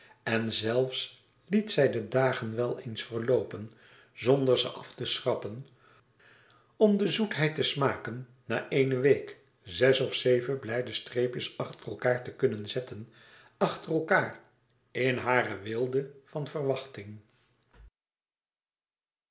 en zelfs liet zij de dagen wel eens verloopen zonder ze af te schrappen om de zoetheid te smaken na eene week zes of zeven blijde streepjes achter elkaâr te kunnen zetten achter elkaâr in hare weelde van verwachting